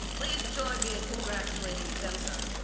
please join me in congratulating femca.